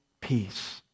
peace